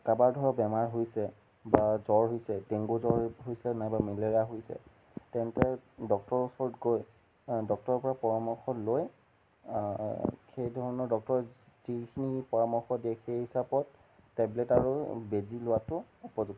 কাৰোবাৰ ধৰক বেমাৰ হৈছে বা জ্বৰ হৈছে ডেংগু জ্বৰ হৈছে নাইবা মেলেৰিয়া হৈছে তেন্তে ডক্টৰৰ ওচৰত গৈ ডক্টৰৰপৰা পৰামৰ্শ লৈ সেই ধৰণৰ ডক্টৰে যিখিনি পৰামৰ্শ দিয়ে সেই হিচাপত টেবলেট আৰু বেজী লোৱাটো উপযুক্ত